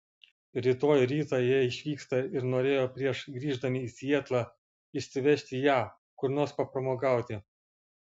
rytoj rytą jie išvyksta ir norėjo prieš grįždami į sietlą išsivežti ją kur nors papramogauti